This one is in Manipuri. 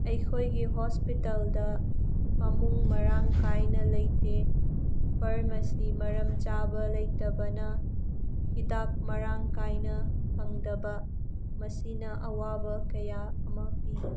ꯑꯩꯈꯣꯏꯒꯤ ꯍꯣꯁꯄꯤꯇꯥꯜꯗ ꯐꯃꯨꯡ ꯃꯔꯥꯡ ꯀꯥꯏꯅ ꯂꯩꯇꯦ ꯐꯥꯔꯃꯥꯁꯤ ꯃꯔꯝ ꯆꯥꯕ ꯂꯩꯇꯕꯅ ꯍꯤꯗꯥꯛ ꯃꯔꯥꯡ ꯀꯥꯏꯅ ꯐꯪꯗꯕ ꯃꯁꯤꯅ ꯑꯋꯥꯕ ꯀꯌꯥ ꯑꯃ ꯄꯤ